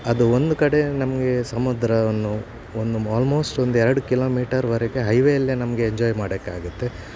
ಅದು ಒಂದು ಕಡೆ ನಮಗೆ ಸಮುದ್ರವನ್ನು ಒಂದು ಆಲ್ಮೋಸ್ಟ್ ಒಂದು ಎರಡು ಕಿಲೋಮೀಟರ್ ವರೆಗೆ ಹೈವೆಯಲ್ಲೆ ನಮಗೆ ಎಂಜಾಯ್ ಮಾಡಕ್ಕೆ ಆಗುತ್ತೆ